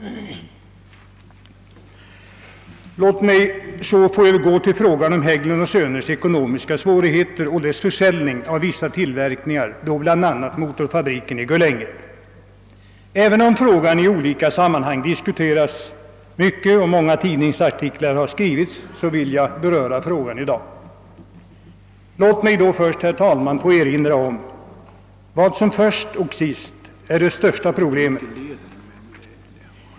Låt mig så få övergå till frågan om Hägglund & Söners ekonomiska svårigheter och försäljningen av vissa tillverkningar, därav motorfabriken i Gullänget. Även om frågan diskuterats mycket i olika sammanhang och många tidningsartiklar skrivits, vill jag i dag beröra frågan. Låt mig då först, herr talman, få erinra om vad som är det största problemet.